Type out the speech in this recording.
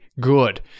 good